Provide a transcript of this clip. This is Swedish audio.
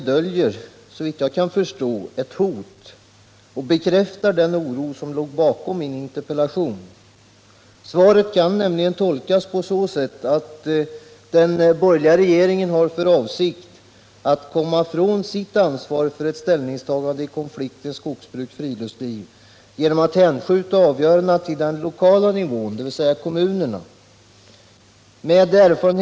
Därför är rapportens slutsatser beträffande de samhällsekonomiska effekterna snarare ett företagsekonomiskt resonemang från skogsnäringens utgångspunkter. Rapporten har dock kommit att uppfattas som ett försök från skogsbrukets sida att få ersättning från samhället för de förmenta förluster som rekreationslivet medför. I debatten har detta resonemang fått stöd av flera företrädare för skogsbruket.